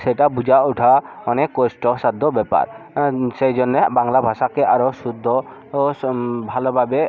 সেটা বুঝে ওঠা অনেক কষ্টসাধ্য ব্যাপার সেই জন্য বাংলা ভাষাকে আরো শুদ্ধ ও শোম ভালোভাবে